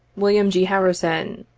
wm. g. harrison,